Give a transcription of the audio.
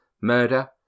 murder